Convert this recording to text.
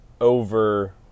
over